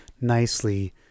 nicely